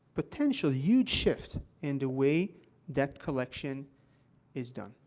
potential huge shift, in the way debt collection is done.